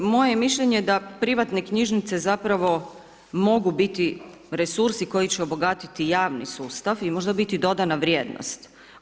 Moje mišljenje da privatne knjižnice zapravo mogu biti resursi koji će obogatiti javni sustav i možda biti dodana vrijednost.